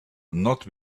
not